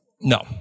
no